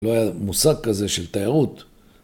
‫לא היה מושג כזה של תיירות.